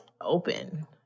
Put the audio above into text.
open